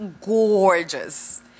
gorgeous